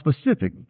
specific